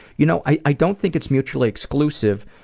you know i i don't think it's mutually exclusive,